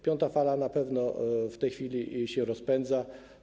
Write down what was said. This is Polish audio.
Piąta fala na pewno w tej chwili się rozpędza.